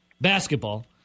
basketball